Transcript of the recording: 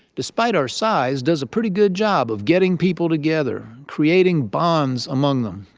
despite our size, does a pretty good job of getting people together, creating bonds among them.